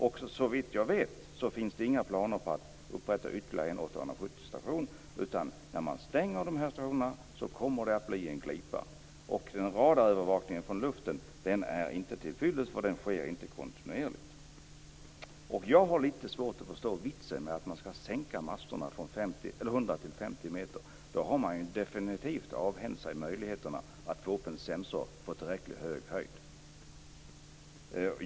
Och såvitt jag vet finns det inga planer på att upprätta ytterligare en 870-station, utan när man stänger dessa stationer kommer det att bli en glipa. Och radarövervakningen från luften är inte till fyllest eftersom den inte sker kontinuerligt. Jag har lite svårt att förstå vitsen med att man skall sänka masterna från 100 till 50 meter. Då har man ju definitivt avhänt sig möjligheterna att få upp en sensor på tillräckligt hög höjd.